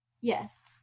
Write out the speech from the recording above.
Yes